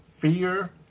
fear